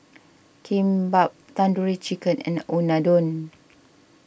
Kimbap Tandoori Chicken and Unadon